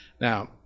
Now